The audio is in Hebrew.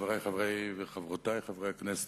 חברי וחברותי חברי הכנסת,